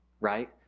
right